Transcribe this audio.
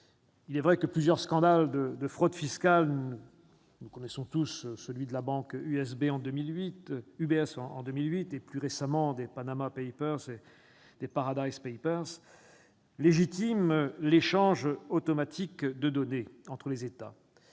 Certes, plusieurs scandales de fraude fiscale- nous connaissons tous ceux de la banque UBS en 2008 et, plus récemment, des « Panama papers » ou des « Paradise papers » -légitiment l'échange automatique de données entre les États.